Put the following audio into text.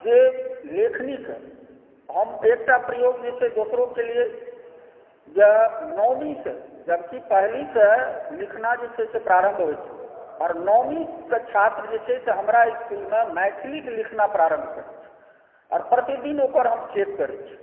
जे लेखनीक़ें हम एकटा प्रयोग जे छै दोसरो केलियै जँ नवमीसॅं जबकि पहलीसॅं लिखना जे छै प्रारम्भ होइ छै आओर नवमीके छात्र जे छै से हमरा स्कूलमे मैथिलीक लिखना प्रारम्भ करै छै आओर प्रतिदिन ओकर हम चेक करै छियै